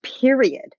period